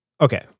okay